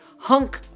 hunk